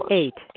eight